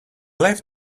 left